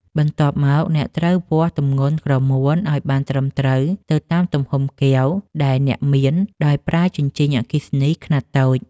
បន្ទាប់មក អ្នកត្រូវវាស់ទម្ងន់ក្រមួនឱ្យបានត្រឹមត្រូវទៅតាមទំហំកែវដែលអ្នកមាន ដោយប្រើជញ្ជីងអគ្គិសនីខ្នាតតូច។